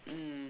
mm